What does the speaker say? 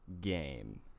game